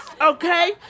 okay